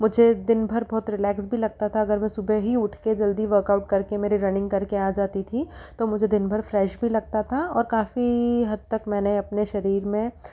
मुझे दिनभर बहुत रिलैक्स भी लगता था अगर मैं सुबह ही उठ कर जल्दी वर्कआउट करके मेरी रनिंग करके आ जाती थी तो मुझे दिनभर फ्रेश भी लगता था और काफी हद तक मैंने अपने शरीर में